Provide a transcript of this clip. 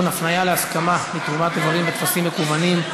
על שירותים פיננסיים (ביטוח) (תיקון,